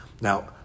Now